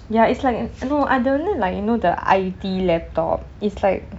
ya it's like you know I don't like you know the I_T laptop it's like